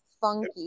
Funky